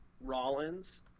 Rollins